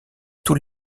tous